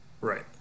Right